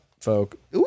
folk